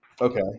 Okay